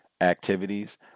activities